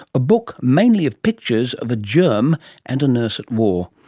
a book mainly of pictures of a germ and a nurse at war.